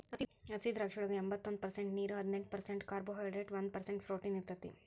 ಹಸಿದ್ರಾಕ್ಷಿಯೊಳಗ ಎಂಬತ್ತೊಂದ ಪರ್ಸೆಂಟ್ ನೇರು, ಹದಿನೆಂಟ್ ಪರ್ಸೆಂಟ್ ಕಾರ್ಬೋಹೈಡ್ರೇಟ್ ಒಂದ್ ಪರ್ಸೆಂಟ್ ಪ್ರೊಟೇನ್ ಇರತೇತಿ